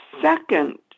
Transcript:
second